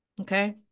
Okay